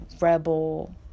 rebel